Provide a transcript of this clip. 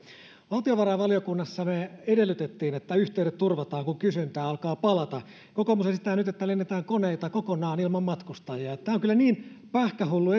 valtiovarainvaliokunnassa me edellytimme että yhteydet turvataan kun kysyntä alkaa palata kokoomus esittää nyt että lennetään koneita kokonaan ilman matkustajia tämä on kyllä niin pähkähullu